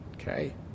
Okay